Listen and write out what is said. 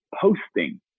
posting